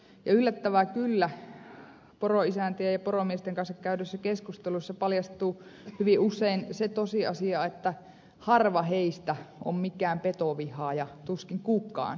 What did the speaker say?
yllättävää kyllä poroisäntien ja poromiesten kanssa käydyissä keskusteluissa paljastuu hyvin usein se tosiasia että harva heistä on mikään petovihaaja tuskin kukaan